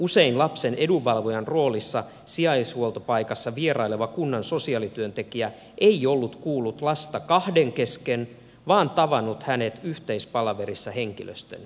usein lapsen edunvalvojan roolissa sijaishuoltopaikassa vieraileva kunnan sosiaalityöntekijä ei ollut kuullut lasta kahden kesken vaan tavannut hänet yhteispalaverissa henkilöstön kanssa